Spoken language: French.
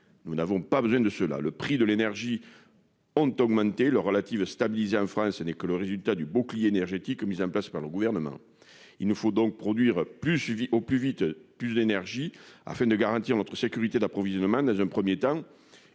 Nous n'avons pas besoin de cela ! Les prix de l'énergie ont déjà augmenté, leur relative stabilité en France n'est que le résultat du bouclier énergétique mis en place par le Gouvernement. Il nous faut produire plus d'énergie au plus vite, pour garantir notre sécurité d'approvisionnement, dans un premier temps,